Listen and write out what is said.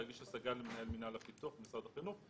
להגיש השגה למנהל מינהל הפיתוח במשרד החינוך".